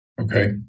Okay